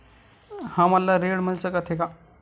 हमन ला ऋण मिल सकत हे का?